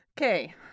okay